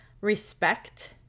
respect